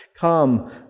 Come